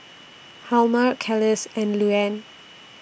Hjalmer Kelis and Luanne